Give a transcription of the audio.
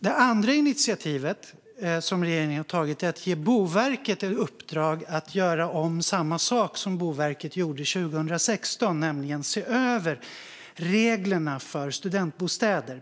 Det andra initiativet som regeringen har tagit är att ge Boverket i uppdrag att göra om samma sak som Boverket gjorde 2016, nämligen se över reglerna för studentbostäder.